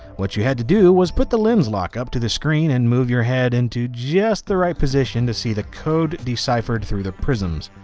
what you had to do was put the lenslok up to the screen and move your head into just the right position to see the code deciphered through the prisms.